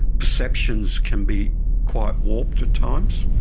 perceptions can be quite warped at times.